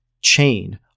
chain